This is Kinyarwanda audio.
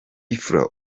fla